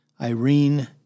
Irene